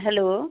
hello